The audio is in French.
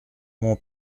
mon